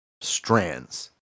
strands